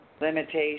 Limitation